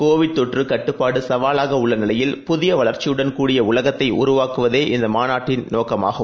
Covid தொற்றுகட்டுப்பாடுசவால்கஉள்ளநிலையில் புதியவளர்ச்சியுடன் கூடிய உலகத்தைஉருவாக்குவதே இந்தமாநாட்டின் நோக்கமாகும்